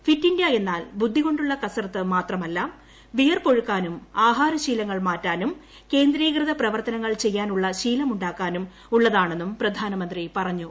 fit India എന്നാൽ ബുദ്ധി കൊണ്ടുള്ള കസർത്ത് മാത്രമല്ല വിയർപ്പൊഴുക്കാനും ആഹാരശീലങ്ങൾ മാറ്റാനും കേന്ദ്രീകൃത പ്രവർത്തനങ്ങൾ ചെയ്യാനുള്ള ശീലമുണ്ടാക്കാനും ഉള്ളതാണെന്നും പ്രധാനമന്ത്രി പറഞ്ഞു